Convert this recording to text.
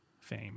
fame